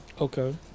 Okay